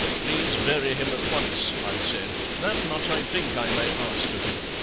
please bury him at once i said that much i think i may ask of you